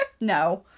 No